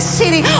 city